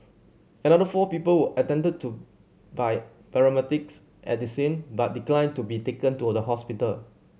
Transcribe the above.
another four people were attended to by paramedics at the scene but declined to be taken to the hospital